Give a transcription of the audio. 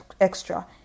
extra